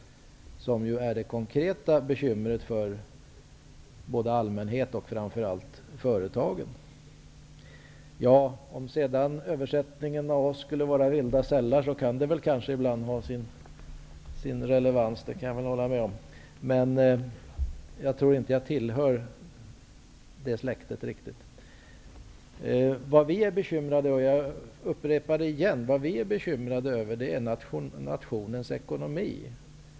Den är det konkreta bekymret både för allmänhet och framför allt företagen. Jag kan väl hålla med om att den benämning vi fått, med översättningen vilda sällar, kanske ibland kan ha sin relevans. Jag tror inte att jag riktigt tillhör det släktet. Jag upprepar att det vi är bekymrade över är nationens ekonomi.